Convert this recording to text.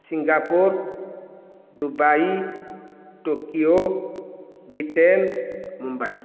Singapore Dubai Tokyo Britain Mumbai